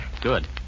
Good